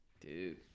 dude